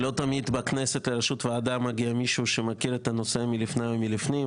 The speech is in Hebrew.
לא תמיד מגיע לראשות ועדה מישהו שמכיר את הנושא לפני ולפנים.